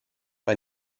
bei